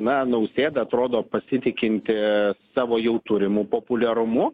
na nausėda atrodo pasitikintis savo jau turimu populiarumu